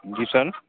जी सन